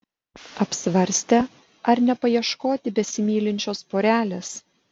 apsvarstė ar nepaieškoti besimylinčios porelės